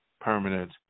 permanent